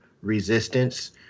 Resistance